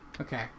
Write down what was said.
Okay